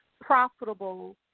profitable